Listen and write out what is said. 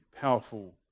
powerful